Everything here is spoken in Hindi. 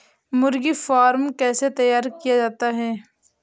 मुर्गी फार्म कैसे तैयार किया जाता है?